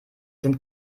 sind